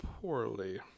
poorly